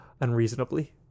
unreasonably